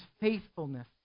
faithfulness